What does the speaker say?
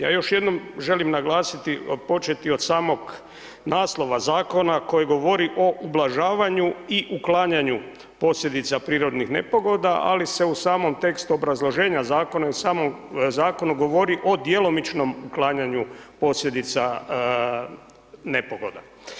Ja još jednom želim naglasiti, početi od samog naslova zakona koji govori o ublažavanju i uklanjanju posljedica prirodnih nepogoda, ali se u samom tekstu obrazloženja zakona i u samom zakonu govori o djelomičnom uklanjanju posljedica nepogoda.